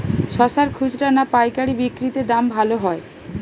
শশার খুচরা না পায়কারী বিক্রি তে দাম ভালো হয়?